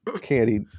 candy